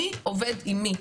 מי עובד עם מי,